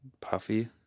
puffy